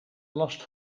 last